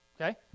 okay